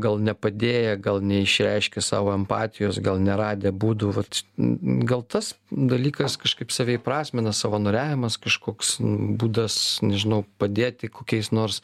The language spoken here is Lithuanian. gal nepadėję gal neišreiškę savo empatijos gal neradę būdų vat gal tas dalykas kažkaip save įprasmina savanoriavimas kažkoks būdas nežinau padėti kokiais nors